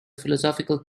philosophical